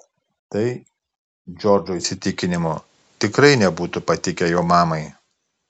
tai džordžo įsitikinimu tikrai nebūtų patikę jo mamai